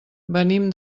venim